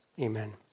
amen